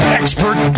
expert